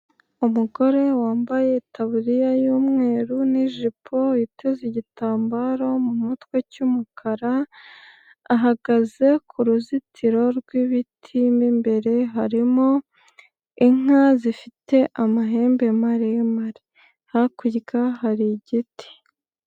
Umugore wambaye taburiya y'umweru n'ijipo ateze igitambaro mu mutwe cy'umukara ahagaze ku ruzitiro rw'ibiti, imbere harimo inka zifite amahembe maremare hakurya hari igiti.